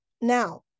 Now